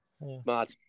Mad